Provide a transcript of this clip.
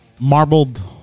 marbled